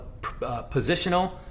positional